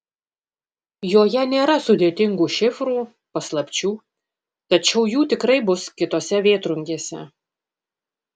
joje nėra sudėtingų šifrų paslapčių tačiau jų tikrai bus kitose vėtrungėse